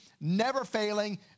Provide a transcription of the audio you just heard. never-failing